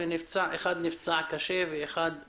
אחד נפצע קשה ואחד בינוני.